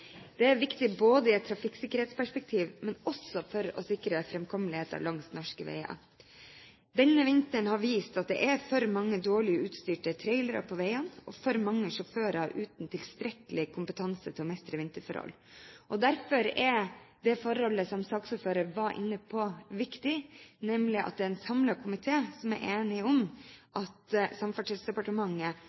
Det er viktig både i et trafikksikkerhetsperspektiv og også for å sikre framkommeligheten langs norske veier. Denne vinteren har vist at det er for mange dårlig utstyrte trailere på veiene og for mange sjåfører uten tilstrekkelig kompetanse til å mestre vinterforhold. Derfor er det forholdet som saksordføreren var inne på, viktig, nemlig at det er en samlet komité som er enig om at Samferdselsdepartementet